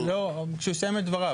לא, כשהוא יסיים את דבריו.